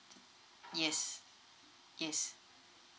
yes yes